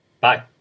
Bye